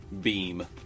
beam